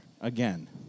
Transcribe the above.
again